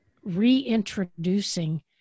reintroducing